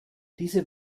diese